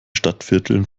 stadtvierteln